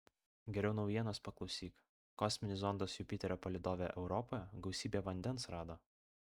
geriau naujienos paklausyk kosminis zondas jupiterio palydove europoje gausybę vandens rado